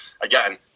again